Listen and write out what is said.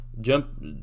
jump